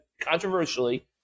controversially